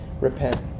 Repent